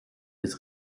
des